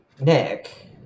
Nick